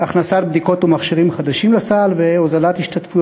הכנסת בדיקות ומכשירים חדשים לסל והוזלת השתתפויות